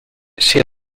she